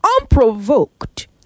unprovoked